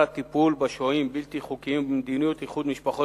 הטיפול בשוהים הבלתי-חוקיים ובדבר מדיניות איחוד משפחות